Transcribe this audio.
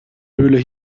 höhle